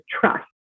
trust